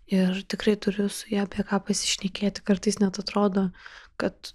ir tikrai turiu su ja apie ką pasišnekėti kartais net atrodo kad